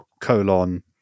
colon